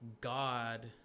god